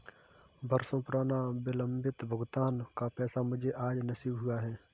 बरसों पुराना विलंबित भुगतान का पैसा मुझे आज नसीब हुआ है